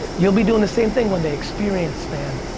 you'll be doing the same thing one day, experience, man,